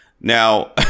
Now